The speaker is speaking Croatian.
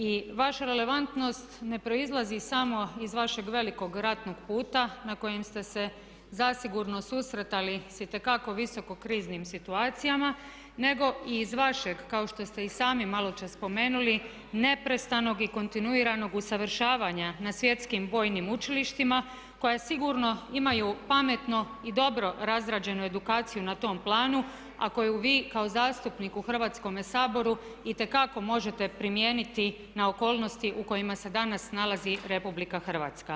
I vaša relevantnost ne proizlazi samo iz vašeg velikog ratnog puta na kojem ste se zasigurno susretali s itekako visoko kriznim situacijama, nego i iz vašeg kao što ste i sami malo čas spomenuli neprestanog i kontinuiranog usavršavanja na svjetskim vojnim učilištima koja sigurno imaju pametno i dobro razrađenu edukaciju na tom planu, a koju vi kao zastupnik u Hrvatskome saboru itekako možete primijeniti na okolnosti u kojima se danas nalazi Republika Hrvatska.